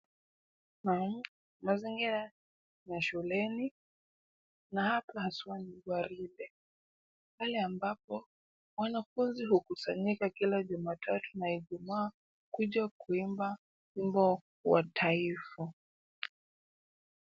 Mazingira ya shuleni na hapa haswa ni gwaride pale ambapo wanafunzi hukusanyika kila Jumatatu na Ijumaa kuja kuimba wimbo wa taifa.